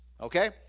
Okay